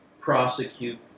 prosecute